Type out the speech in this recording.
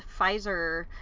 Pfizer